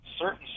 certain